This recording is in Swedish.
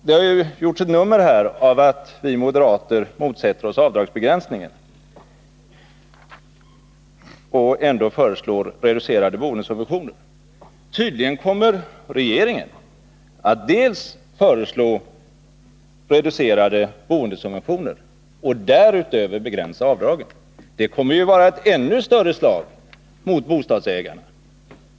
Det har här gjorts ett nummer av att vi moderater motsätter oss avdragsbegränsningar men ändå föreslår reduceringar av boendesubventionerna. Tydligen kommer regeringen att dels föreslå sådana reduceringar, dels därutöver begränsa avdragen. Det kommer ju att vara ett ännu större slag mot bostadsägandet.